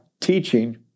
teaching